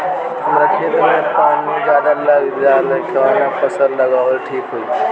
हमरा खेत में पानी ज्यादा लग जाले कवन फसल लगावल ठीक होई?